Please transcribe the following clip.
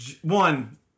one